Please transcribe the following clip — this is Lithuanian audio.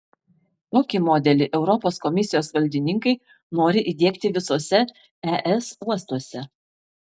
tokį modelį europos komisijos valdininkai nori įdiegti visuose es uostuose